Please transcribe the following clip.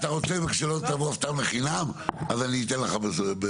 אם אתה רוצה, שלא תבואו סתם לחינם, אני אתן לכם.